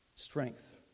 strength